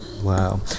wow